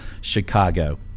Chicago